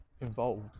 involved